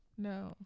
No